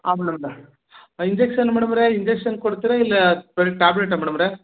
ಹಾಂ ಮೇಡಮವ್ರೆ ಹಾಂ ಇಂಜೆಕ್ಷನ್ ಮೇಡಮವ್ರೆ ಇಂಜೆಕ್ಷನ್ ಕೊಡ್ತೀರಾ ಇಲ್ಲ ಬರಿ ಟ್ಯಾಬ್ಲೆಟಾ ಮೇಡಮವ್ರೆ